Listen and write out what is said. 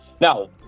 Now